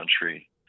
country